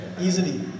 Easily